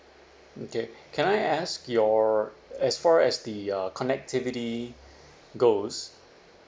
okay can I ask your as far as the uh connectivity goes